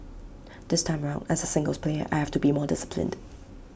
this time round as A singles player I have to be more disciplined